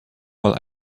while